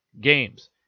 games